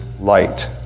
light